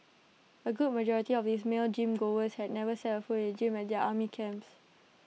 A good majority of these male gym goers had never set foot in the gym at their army camps